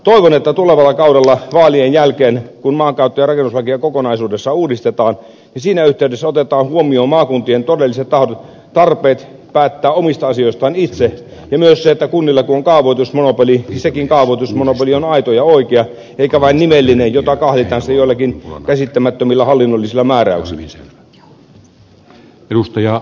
toivon että tulevalla kaudella vaalien jälkeen kun maankäyttö ja rakennuslakia kokonaisuudessaan uudistetaan siinä yhteydessä otetaan huomioon maakuntien todelliset tarpeet päättää omista asioistaan itse ja myös se että kun kunnilla on kaavoitusmonopoli niin sekin kaavoitusmonopoli on aito ja oikea eikä vain nimellinen jota kahlitaan sitten joillakin käsittämättömillä hallinnollisilla määräyksillä